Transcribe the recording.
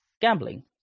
gambling